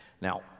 Now